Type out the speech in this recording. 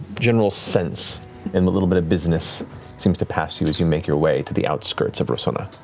general sense and what little bit of business seems to pass you as you make your way to the outskirts of rosohna.